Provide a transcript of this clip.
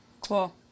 Cool